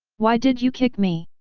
why did you kick me?